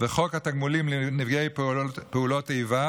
וחוק התגמולים לנפגעי פעולות איבה